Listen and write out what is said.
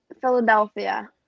Philadelphia